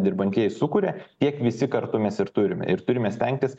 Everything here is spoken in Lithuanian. dirbantieji sukuria tiek visi kartu mes ir turime ir turime stengtis